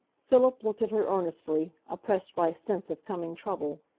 philip looked at her earnestly, oppressed by a sense of coming trouble.